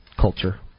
culture